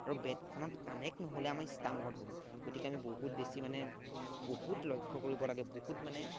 আৰু বেটখনত কানেক্ট নহ'লে আমি ষ্টাম্প আউট হ'ম গতিকে আমি বহুত বেছি মানে বহুত লক্ষ্য কৰিব লাগে বহুত মানে